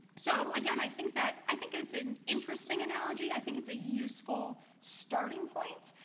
so again, i think that i think it's an interesting analogy. i think it's a useful starting point.